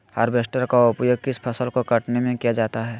Harvester का उपयोग किस फसल को कटने में किया जाता है?